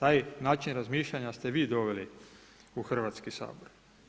Taj način razmišljanja ste vi doveli u Hrvatski sabor.